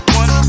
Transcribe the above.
one